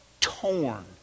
torn